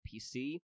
PC